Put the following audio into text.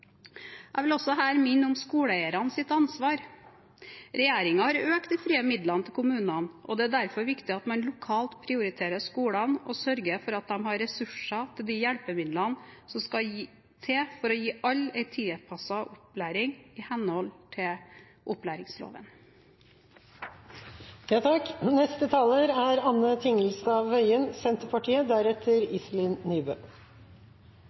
Jeg vil også her minne om skoleeiernes ansvar. Regjeringen har økt de frie midlene til kommunene, og det er derfor viktig at man lokalt prioriterer skolene og sørger for at de har ressurser til de hjelpemidlene som skal til for å gi alle en tilpasset opplæring i henhold til opplæringsloven. Dysleksi og dyskalkuli er